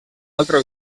altre